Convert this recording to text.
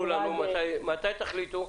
מתי תחליטו?